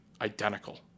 identical